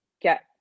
get